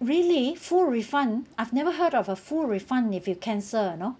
really full refund I've never heard of a full refund if you cancel you know